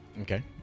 Okay